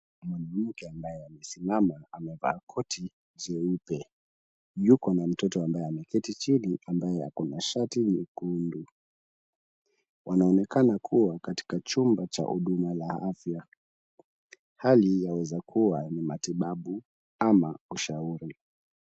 Muuguzi ambaye amesimama amevaa koti jeupe. Yuko na mtoto ambaye ameketi chini ambaye ako na shati nyekundu. Wanaonekana kuwa katika chumba cha huduma la afya. Hali yaweza kuwa ni matibabu ama ushauri.